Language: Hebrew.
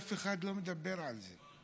בבית הזה אף אחד לא מדבר על זה,